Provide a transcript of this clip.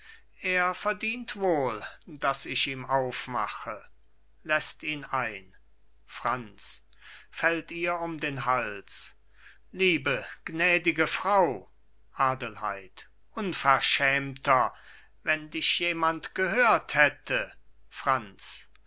er verdient wohl daß ich ihm aufmache läßt ihn ein franz fällt ihr um den hals liebe gnädige frau adelheid unverschämter wenn dich jemand gehört hätte franz